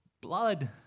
blood